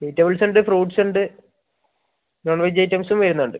vegetables ഉണ്ട് fruits ഉണ്ട് non veg ഐറ്റംസും വരുന്നുണ്ട്